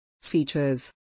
Features